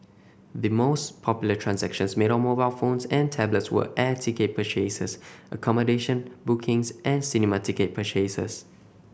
the most popular transactions made on mobile phones and tablets were air ticket purchases accommodation bookings and cinema ticket purchases